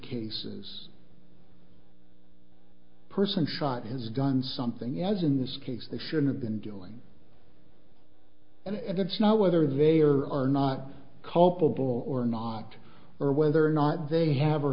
cases person shot his gun something as in this case they should have been doing it it's not whether they are or are not culpable or not or whether or not they have or